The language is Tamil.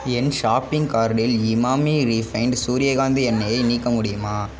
என் ஷாப்பிங் கார்ட்டில் இமாமி ரீஃபைண்டு சூரியகாந்தி எண்ணெய்யை நீக்க முடியுமா